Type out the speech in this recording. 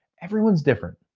everyone's different.